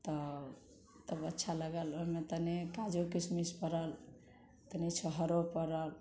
तऽ तब अच्छा लागल ओहिमे तनी काजू किशमिश पड़ल तनी छोहरो पड़ल